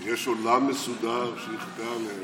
שיש עולם מסודר שיכפה עליהם,